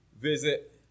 visit